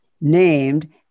named